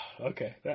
Okay